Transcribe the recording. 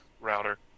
router